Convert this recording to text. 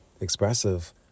expressive